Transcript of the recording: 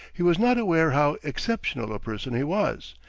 he was not aware how exceptional a person he was,